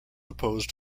opposed